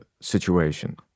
situation